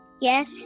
Yes